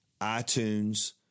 iTunes